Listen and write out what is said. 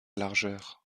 largeur